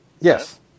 Yes